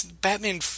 Batman